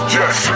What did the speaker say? Yes